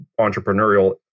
entrepreneurial